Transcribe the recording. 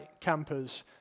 campers